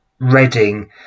Reading